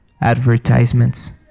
Advertisements